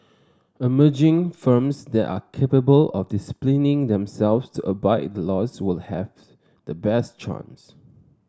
emerging firms that are capable of disciplining themselves to abide by the laws will have the best chance